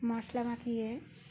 মশলা মাখিয়ে